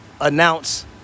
announce